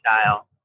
style